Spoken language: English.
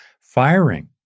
firing